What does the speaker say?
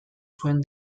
zuen